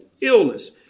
illness